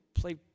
Play